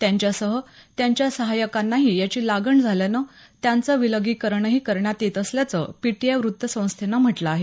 त्यांच्यासह त्यांच्या सहायकांनाही याची लागण झाल्यानं त्यांचं विलगीकरणही करण्यात येत असल्याचं पीटीआय वृत्तसंस्थेनं म्हटलं आहे